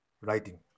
writing